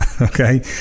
Okay